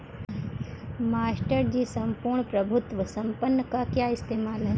Master ji सम्पूर्ण प्रभुत्व संपन्न का क्या इस्तेमाल है?